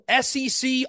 SEC